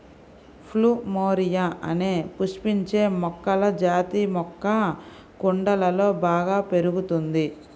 plumeria అనే పుష్పించే మొక్కల జాతి మొక్క కుండలలో బాగా పెరుగుతుంది